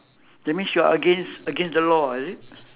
that means you are against against the law is it